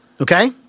Okay